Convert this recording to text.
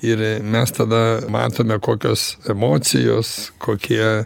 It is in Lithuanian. ir mes tada matome kokios emocijos kokie